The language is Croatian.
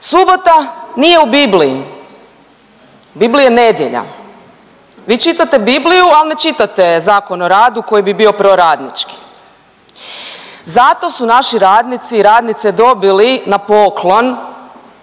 subota nije u Bibliji, u Bibliji je nedjelja. Vi čitate Bibliju, al ne čitate Zakon o radu koji bi bio proradnički. Zato su naši radnici i radnice dobili na poklon